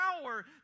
power